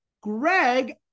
Greg